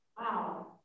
Wow